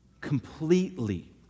completely